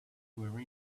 were